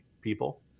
people